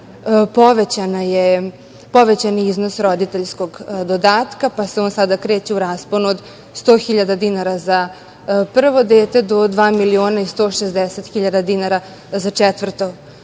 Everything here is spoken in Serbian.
Povećan je iznos roditeljskog dodatka, pa se on sada kreće u rasponu od 100 hiljada dinara za prvo dete do 2.160.000 za četvrto dete.